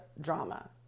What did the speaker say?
drama